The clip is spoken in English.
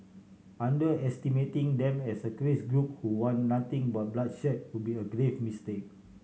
underestimating them as a craze group who want nothing but bloodshed would be a grave mistake